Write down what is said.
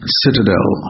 citadel